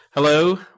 Hello